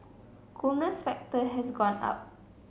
coolness factor has gone up